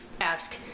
ask